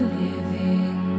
living